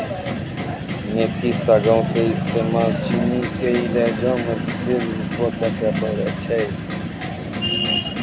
मेथी सागो के इस्तेमाल चीनी के इलाजो मे विशेष रुपो से करलो जाय छै